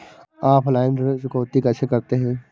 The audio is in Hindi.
ऑफलाइन ऋण चुकौती कैसे करते हैं?